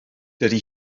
dydy